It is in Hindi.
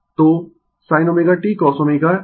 तो sin ω t cosω t 2 है